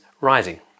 rising